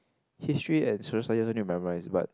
history and Social Studies also need to memorize but